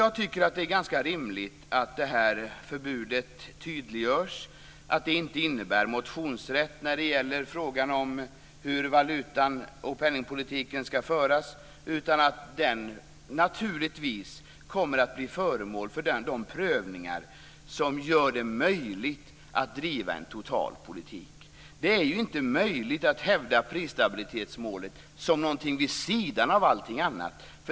Jag tycker att det är rimligt att detta förbud tydliggörs, att det inte innebär motionsrätt när det gäller frågan om hur valuta och penningpolitiken skall föras. Den kommer naturligtvis att bli föremål för de prövningar som gör det möjligt att driva en total politik. Det går inte att hävda prisstabilitetsmålet som någonting vid sidan av allting annat.